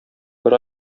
бер